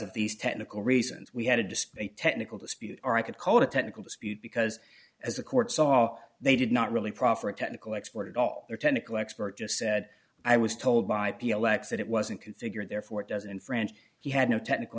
of these technical reasons we had to display technical dispute or i could call it a technical dispute because as the court saw they did not really proffer a technical expert at all their technical expert just said i was told by p o x it wasn't configured therefore it doesn't infringe he had no technical